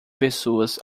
pessoas